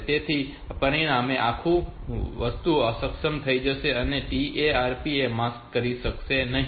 તેથી પરિણામે આખી વસ્તુ અક્ષમ થઈ જશે અને TARP ને માસ્ક કરી શકાશે નહીં